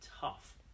tough